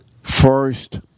first